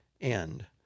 end